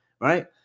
right